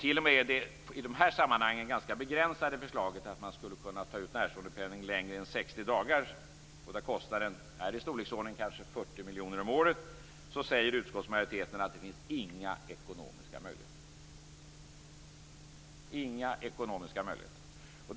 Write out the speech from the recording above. T.o.m. det i de här sammanhangen ganska begränsade förslaget att man skulle kunna ta ut närståendepenning för en längre tid än 60 dagar, och där kostnaden är i storleksordningen 40 miljoner om året, säger utskottsmajoriteten att det inte finns några ekonomiska möjligheter till. Det finns inga ekonomiska möjligheter.